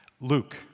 Luke